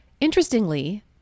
Interestingly